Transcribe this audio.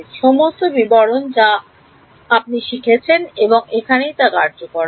সমস্ত বিবরণ যা আপনি শিখেছেন তা এখানেই কার্যকর হবে